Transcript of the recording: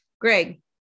Greg